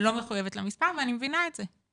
לא מחויבת למספר ואני מבינה את זה,